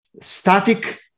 static